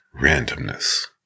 randomness